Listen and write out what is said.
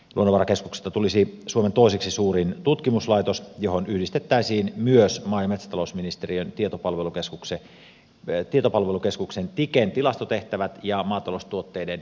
luonnonvarakeskuksesta tulisi suomen toiseksi suurin tutkimuslaitos johon yhdistettäisiin myös maa ja metsätalousministeriön tietopalvelukeskuksen tiken tilastotehtävät ja maataloustuotteiden hintaseuranta